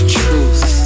truth